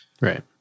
Right